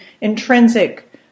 intrinsic